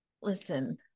listen